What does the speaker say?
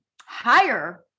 higher